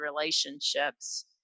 relationships